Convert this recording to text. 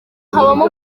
habamo